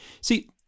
See